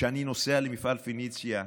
כשאני נוסע למפעל פניציה,